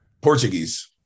Portuguese